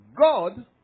God